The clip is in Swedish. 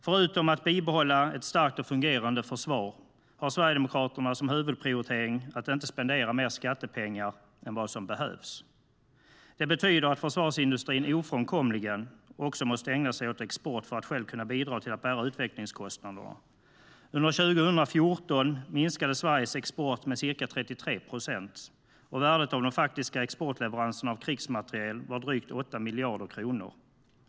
Förutom att bibehålla ett starkt och fungerande försvar har Sverigedemokraterna som huvudprioritering att inte spendera mer skattepengar än vad som behövs. Det betyder att försvarsindustrin ofrånkomligen också måste ägna sig åt export för att kunna bidra till att bära utvecklingskostnaderna. Under 2014 minskade Sveriges export med ca 33 procent, och värdet av de faktiska exportleveranserna av krigsmateriel var drygt 8 miljarder kronor.